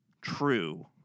true